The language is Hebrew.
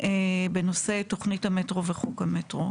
בנושא תוכנית המטרו וחוק המטרו.